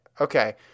Okay